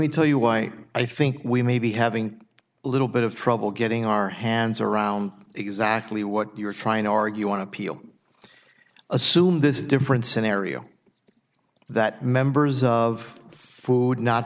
me tell you why i think we may be having a little bit of trouble getting our hands around exactly what you're trying to argue want to peel assume this different scenario that members of food